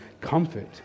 comfort